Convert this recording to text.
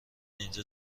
اینجا